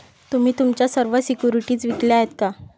तुम्ही तुमच्या सर्व सिक्युरिटीज विकल्या आहेत का?